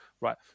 Right